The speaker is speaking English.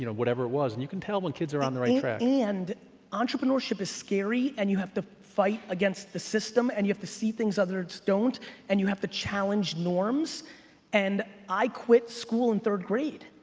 you know whatever it was and you can tell when kids are on the right track. and entrepreneurship is scary and you have to fight against the system and you have to see things other's don't and you have to challenge norms and i quit school in third grade.